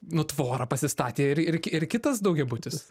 nu tvorą pasistatė ir ir ki ir kitas daugiabutis